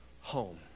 home